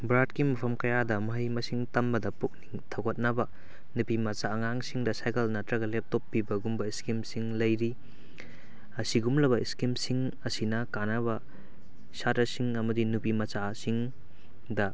ꯚꯥꯔꯠꯀꯤ ꯃꯐꯝ ꯀꯌꯥꯗ ꯃꯍꯩ ꯃꯁꯤꯡ ꯇꯝꯕꯗ ꯄꯨꯛꯅꯤꯡ ꯊꯧꯒꯠꯅꯕ ꯅꯨꯄꯤ ꯃꯆꯥ ꯑꯉꯥꯡꯁꯤꯡꯗ ꯁꯥꯏꯀꯜ ꯅꯠꯇ꯭ꯔꯒ ꯂꯦꯞꯇꯣꯞ ꯄꯤꯕꯒꯨꯝꯕ ꯏꯁꯀꯤꯝꯁꯤꯡ ꯂꯩꯔꯤ ꯑꯁꯤꯒꯨꯝꯂꯕ ꯏꯁꯀꯤꯝꯁꯤꯡ ꯑꯁꯤꯅ ꯀꯥꯟꯅꯕ ꯁꯥꯇ꯭ꯔꯁꯤꯡ ꯑꯃꯗꯤ ꯅꯨꯄꯤ ꯃꯆꯥꯁꯤꯡꯗ